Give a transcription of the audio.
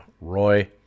Roy